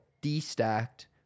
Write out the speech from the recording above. de-stacked